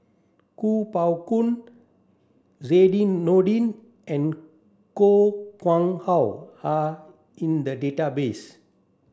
Kuo Pao Kun Zainudin Nordin and Koh Nguang How are in the database